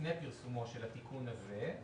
לפני פרסומו של התיקון הזה,